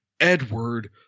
Edward